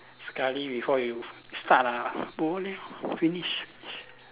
sekali before you start ah boleh finish